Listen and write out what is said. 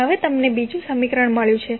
હવે તમને બીજું સમીકરણ મળ્યું છે